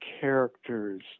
characters